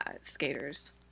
skaters